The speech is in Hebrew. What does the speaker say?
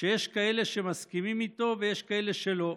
שיש כאלה שמסכימים איתו ויש כאלה שלא,